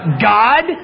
God